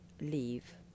leave